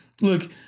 look